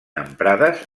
emprades